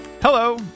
Hello